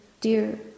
dear